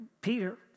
Peter